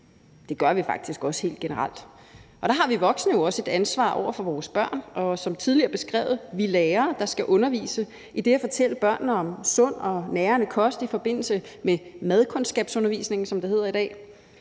der har vi voksne jo også et ansvar over for vores børn. Og det har som tidligere beskrevet vi lærere, der skal undervise i det og fortælle børnene om sund og nærende kost i forbindelse med madkundskabsundervisning,